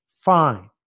Fine